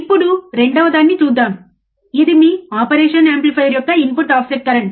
ఇప్పుడు రెండవదాన్ని చూద్దాం ఇది మీ ఆపరేషన్ యాంప్లిఫైయర్ యొక్క ఇన్పుట్ ఆఫ్సెట్ కరెంట్